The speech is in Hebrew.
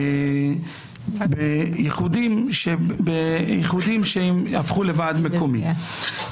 באיחודים שהפכו לוועד מקומי.